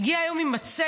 הוא הגיע יום עם מצגת,